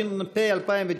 התש"ף 2019,